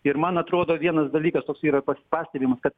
ir man atrodo vienas dalykas toks yra pas pastebimas kad